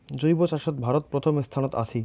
জৈব চাষত ভারত প্রথম স্থানত আছি